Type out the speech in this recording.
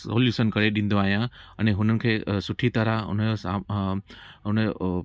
solution करे ॾींदो आहियां अने हुननि खे सुठी तरह हुनजो साम हुनजो उहो